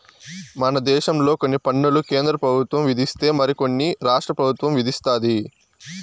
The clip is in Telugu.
మన దేశంలో కొన్ని పన్నులు కేంద్ర పెబుత్వం విధిస్తే మరి కొన్ని రాష్ట్ర పెబుత్వం విదిస్తది